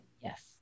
Yes